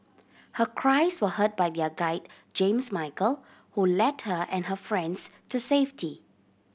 her cries were heard by their guide James Michael who led her and her friends to safety